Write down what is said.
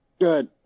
Good